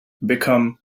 become